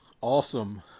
Awesome